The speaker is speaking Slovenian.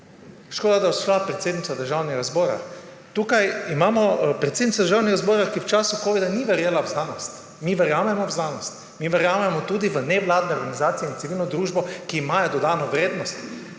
škoda, da je odšla predsednica Državnega zbora, tukaj imamo predsednico Državnega zbora, ki v času covida ni verjela v znanost. Mi verjamemo v znanost. Mi verjamemo tudi v nevladne organizacije in v civilno družbo, ki imajo dodano vrednost.